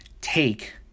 take